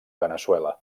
veneçuela